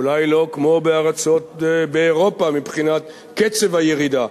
אולי לא כמו בארצות אירופה מבחינת קצב הירידה.